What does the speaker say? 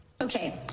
Okay